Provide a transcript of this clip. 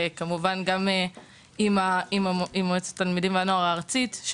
משרד הבריאות ומועצת התלמידים והנוער הארצית,